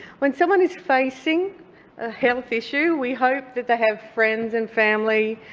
when someone is facing a health issue, we hope that they have friends and family,